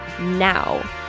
now